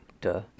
duh